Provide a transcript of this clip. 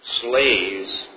slaves